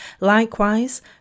Likewise